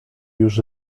już